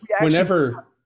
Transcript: whenever –